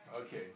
Okay